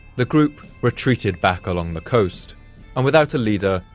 the group retreated back along the coast and without a leader,